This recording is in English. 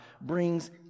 brings